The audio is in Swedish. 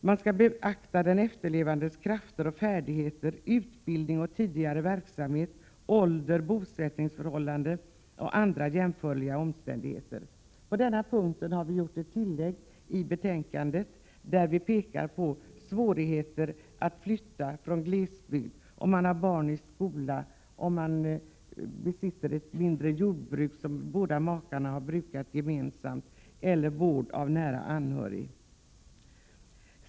Man skall beakta den efterlevandes krafter och färdigheter, utbildning och tidigare verksamhet, ålder, bosättningsförhållanden och andra jämförliga omständigheter. På denna punkt har vi i utskottet gjort ett tillägg i betänkandet, där vi pekar på svårigheten att flytta från glesbygd, om man har barn i skolan, om man besitter ett mindre jordbruk som båda makarna har brukat gemensamt eller om man har vård av nära anhörig.